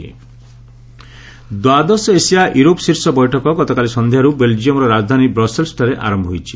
ASEM summit ଦ୍ୱାଦଶ Asia Europe ଶୀର୍ଷ ବୈଠକ ଗତକାଲି ସନ୍ଧ୍ୟାରୁ ବେଲ୍େଜିୟମ୍ର ରାଜଧାନୀ ବ୍ରସେଲ୍ସ୍ଠାରେ ଆରମ୍ଭ ହୋଇଛି